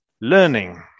learning